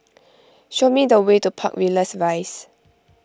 show me the way to Park Villas Rise